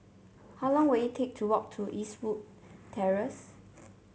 how long will it take to walk to Eastwood Terrace